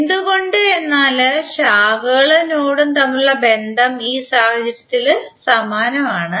എന്തുകൊണ്ട് എന്നാൽ ശാഖകളും നോഡും തമ്മിലുള്ള ബന്ധം ഈ സാഹചര്യത്തിൽ സമാനമാണ്